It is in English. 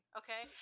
okay